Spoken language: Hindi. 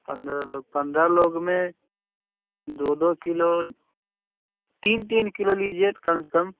पंद्रह लोग पंद्रह लोग में दो दो किलो तीन तीन किलो लीजिए कम से कम